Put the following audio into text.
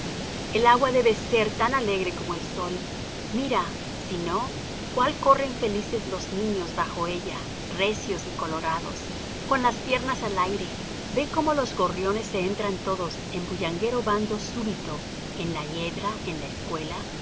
el agua debe ser tan alegre como el sol mira si no cuál corren felices los niños bajo ella recios y colorados con las piernas al aire ve cómo los gorriones se entran todos en bullanguero bando súbito en la hiedra en la escuela